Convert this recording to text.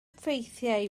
ffeithiau